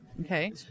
Okay